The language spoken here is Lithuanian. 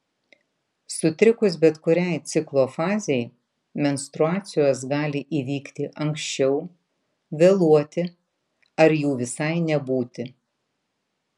sutrikus bet kuriai ciklo fazei menstruacijos gali įvykti anksčiau vėluoti ar jų visai nebūti